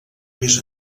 més